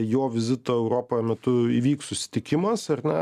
jo vizito į europą metu įvyks susitikimas ar ne